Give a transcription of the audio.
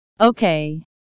okay